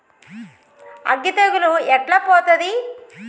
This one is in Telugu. అగ్గి తెగులు ఎట్లా పోతది?